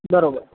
બરોબર